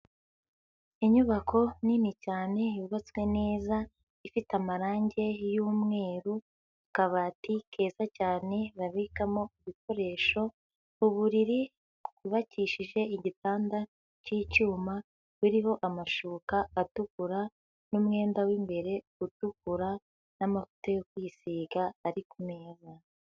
Inyubako nini cyane yubatswe neza ifite amarangi y'umweru, akabati keza cyane babikamo ibikoresho, uburiri bwubakishije igitanda cy'icyuma buriho amashuka atukura n'umwenda w'imbere utukura n'amavuta yo kwisiga ari ku meza.